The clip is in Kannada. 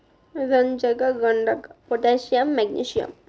ರಂಜಕ ಗಂಧಕ ಪೊಟ್ಯಾಷಿಯಂ ಮ್ಯಾಗ್ನಿಸಿಯಂ